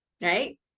Right